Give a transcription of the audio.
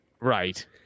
Right